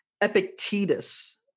Epictetus